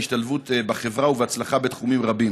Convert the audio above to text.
להשתלבות בחברה ובהצלחה בתחומים רבים.